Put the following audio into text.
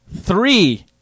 three